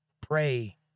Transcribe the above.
pray